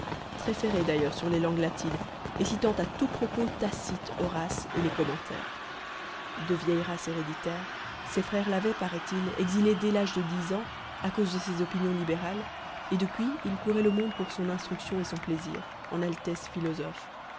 ferré d'ailleurs sur les langues latines et citant à tout propos tacite horace et les commentaires de vieille race héréditaire ses frères l'avaient paraît-il exilé dès l'âge de dix ans à cause de ses opinions libérales et depuis il courait le monde pour son instruction et son plaisir en altesse philosophe